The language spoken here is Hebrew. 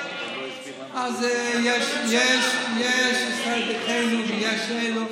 אז יש ישראל ביתנו ויש כאלה,